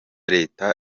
leta